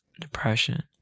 depression